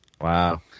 Wow